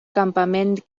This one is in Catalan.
campament